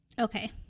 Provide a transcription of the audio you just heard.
Okay